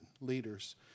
leaders